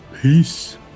Peace